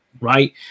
right